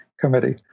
committee